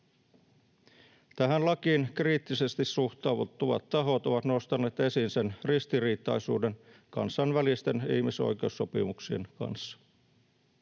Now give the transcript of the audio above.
Tähän lakiin kriittisesti suhtautuvat tahot ovat nostaneet esiin sen ristiriitaisuuden kansainvälisten ihmisoikeussopimuksien kanssa.